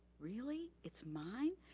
really, it's mine?